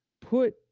put